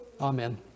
Amen